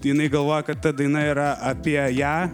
jinai galvoja kad ta daina yra apie ją